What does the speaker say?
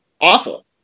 awful